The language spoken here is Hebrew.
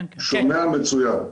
שומע מצוין.